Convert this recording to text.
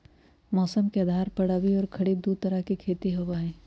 मौसम के आधार पर रबी और खरीफ दु तरह के खेती होबा हई